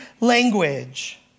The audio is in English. language